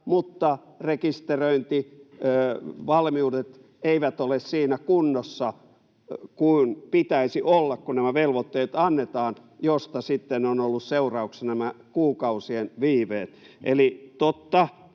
mutta rekisteröintivalmiudet eivät ole siinä kunnossa kuin pitäisi olla, kun nämä velvoitteet annetaan, mistä sitten on ollut seurauksena nämä kuukausien viiveet? Eli totta,